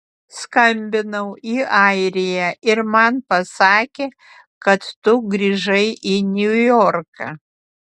skambinau į airiją ir man pasakė kad tu grįžai į niujorką